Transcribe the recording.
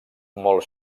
molt